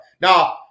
Now